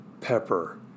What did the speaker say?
pepper